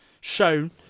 shown